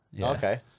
Okay